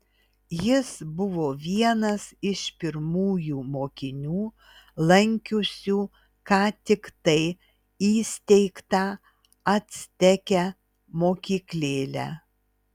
jis buvo vienas iš pirmųjų mokinių lankiusių ką tiktai įsteigtą acteke mokyklėlę